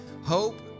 Hope